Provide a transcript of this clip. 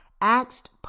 asked